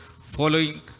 following